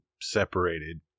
separated